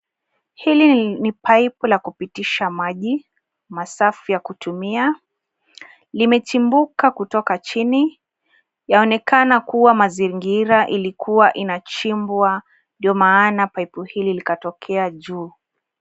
Hili ni pipe la kupitisha maji masafi ya kutumia. Limechimbuka kutoka chini. Yaonekana kuwa mazingira ilikuwa inachimbwa ndio maana pipe hili likatokea juu.